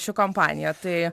ši kompanija tai